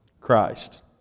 Christ